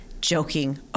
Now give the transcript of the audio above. Joking